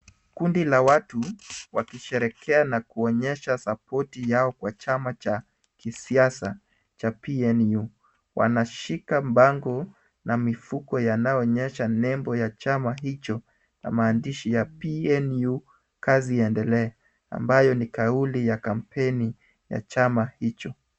Kundi la watu, wakisherehekea na kuonyesha sapoti yao kwa chama cha kisiasa cha PNU. Wanashika bango na mifuko yanayoonyesha nembo ya chama hicho na maandishi ya PNU, kazi iendelee, ambayo ni kauli ya kampeni ya chama hicho.